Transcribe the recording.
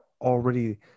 already –